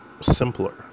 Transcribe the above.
simpler